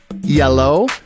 Yellow